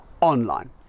online